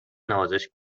نوازش